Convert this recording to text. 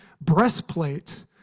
breastplate